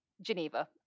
Geneva